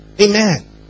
amen